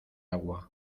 agua